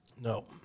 No